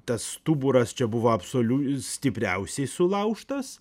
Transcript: tas stuburas čia buvo absoliu stipriausiai sulauštas